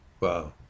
Wow